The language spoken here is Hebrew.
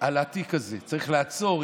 על התיק הזה: צריך לעצור,